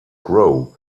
grow